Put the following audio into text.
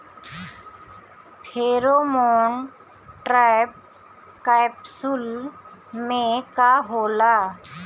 Pheromone trap capsule में का होला?